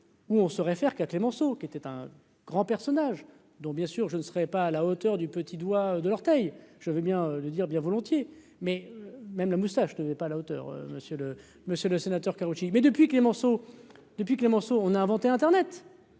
où on se réfère qu'à Clémenceau, qui était un grand personnage, dont bien sûr, je ne serais pas à la hauteur du petit doigt de l'orteil, je veux bien le dire, bien volontiers, mais même la Moussa, je ne vais pas à la hauteur, monsieur le monsieur le sénateur, Karoutchi mais depuis Clémenceau depuis Clémenceau,